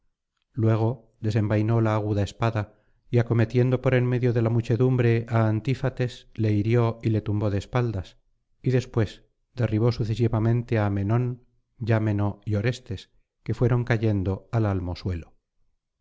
luego desenvainó la aguda espada y acometiendo por en medio de la muchedumbre á antífates le hirió y le tumbó de espaldas y después derribó sucesivamente á menón yámeno y orestes que fueron cayendo al almo